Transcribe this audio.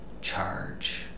charge